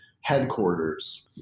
headquarters